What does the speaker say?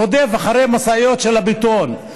רודף אחרי משאיות של בטון.